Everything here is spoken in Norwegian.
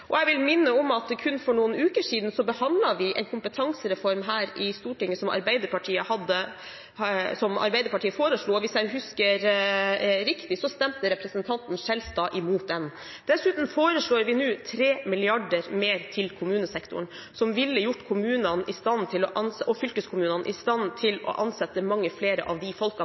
lokalt. Jeg vil minne om at vi kun for noen uker siden behandlet en kompetansereform her i Stortinget som Arbeiderpartiet foreslo, og hvis jeg husker riktig, stemte representanten Skjelstad imot den. Dessuten foreslår vi nå 3 mrd. kr mer til kommunesektoren, som ville gjort kommunene og fylkeskommunene i stand til å ansette mange flere av de